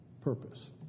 purpose